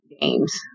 games